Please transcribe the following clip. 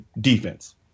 defense